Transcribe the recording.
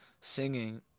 singing